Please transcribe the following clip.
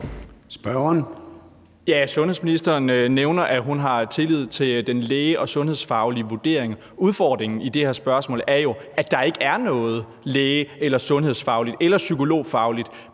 Sundhedsministeren nævner, at hun har tillid til den læge- og sundhedsfaglige vurdering. Udfordringen i det her spørgsmål er jo, at der ikke er noget læge- eller sundhedsfagligt eller psykologfagligt